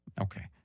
Okay